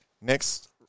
Next